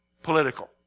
Political